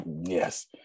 Yes